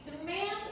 demands